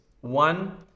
One